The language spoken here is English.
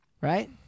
right